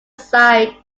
side